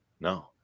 No